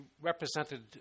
represented